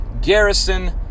Garrison